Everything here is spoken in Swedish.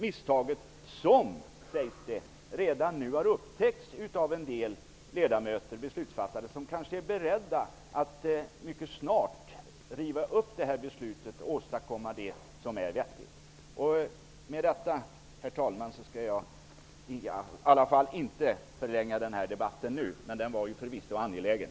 Misstaget har, sägs det, redan upptäckts av en del beslutsfattare, som kanske är beredda att mycket snart riva upp beslutet och åstadkomma något som är vettigt. Med detta, herr talman, har jag inte förlängt denna debatt, som förvisso var angelägen.